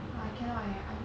I cannot eh I'm